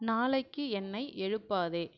நாளைக்கு என்னை எழுப்பாதே